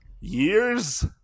years